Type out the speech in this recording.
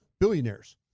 billionaires